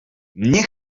nie